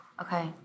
okay